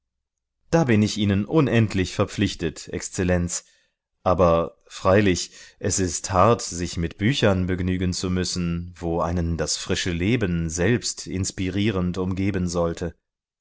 da bin ich ihnen unendlich verpflichtet exzellenz aber freilich es ist hart sich mit büchern begnügen zu müssen wo einen das frische leben selbst inspirierend umgeben sollte